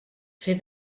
fer